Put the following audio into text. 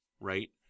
right